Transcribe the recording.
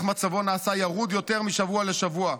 ואיך מצבו נעשה ירוד יותר משבוע לשבוע.